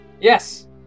Yes